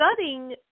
studying